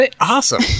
Awesome